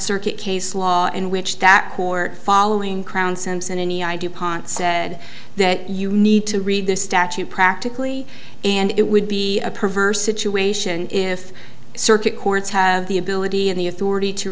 circuit case law in which that court following crown simpson any idea upon said that you need to read the statute practically and it would be a perverse situation if circuit courts have the ability and the authority to